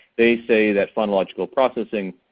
they say that phonological processing,